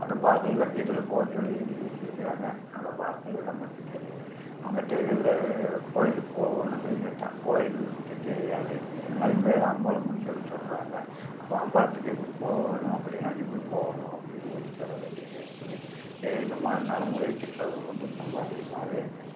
அந்த பாஷையிலே இதில் போக சொல்லி எழுதி வச்சிருக்கிறாங்க அந்த வார்த்தைகள் நம்மளுக்கு தெரியிலை அவங்ககிட்ட எதில் கோயிலுக்கு போகணும் அப்படின்னு கேட்டால் கோயில் தெ தெரியாது அதுக்கு பேர் அம்பலம்ன்னு சொல்லி சொல்கிறாங்க அப்போ அம்பலத்துக்கு எப்படி போகணும் அப்படின்னா இப்படி போகணும் அப்படின்னு சொல்லி சொல்ல வேண்டியதாக இருக்குது இந்த மாதிரி நடைமுறை சிக்கல்கள் வந்து ரொம்ப அதிகமாகவே இருக்குது